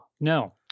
no